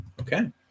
Okay